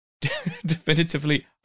definitively